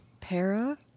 Para